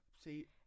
see